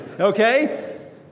Okay